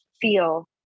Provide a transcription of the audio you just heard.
feel